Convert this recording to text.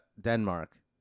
Denmark